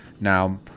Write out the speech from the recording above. Now